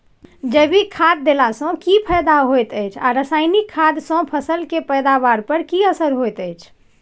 जैविक खाद देला सॅ की फायदा होयत अछि आ रसायनिक खाद सॅ फसल के पैदावार पर की असर होयत अछि?